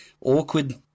awkward